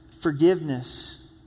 forgiveness